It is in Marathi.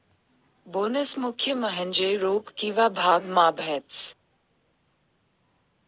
बोनस मुख्य म्हन्जे रोक किंवा भाग मा भेटस